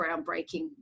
groundbreaking